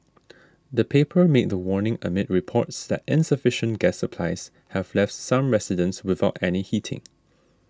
the paper made the warning amid reports that insufficient gas supplies have left some residents without any heating